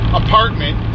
apartment